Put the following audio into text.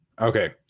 Okay